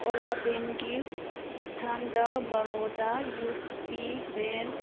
ꯑꯣꯂꯥ ꯕꯦꯡꯒꯤ ꯈꯨꯠꯊꯥꯡꯗ ꯕꯔꯣꯗꯥ ꯌꯨ ꯄꯤ ꯕꯦꯡ